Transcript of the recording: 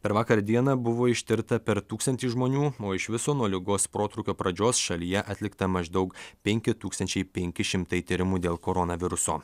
per vakar dieną buvo ištirta per tūkstantį žmonių o iš viso nuo ligos protrūkio pradžios šalyje atlikta maždaug penki tūkstančiai penki šimtai tyrimų dėl koronaviruso